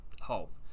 hope